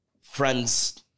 friends